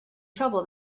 trouble